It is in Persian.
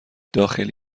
داخلی